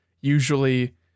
usually